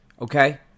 Okay